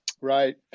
Right